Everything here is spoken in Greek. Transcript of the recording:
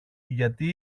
γιατί